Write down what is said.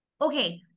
Okay